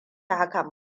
hakan